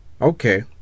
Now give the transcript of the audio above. okay